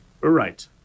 Right